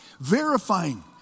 verifying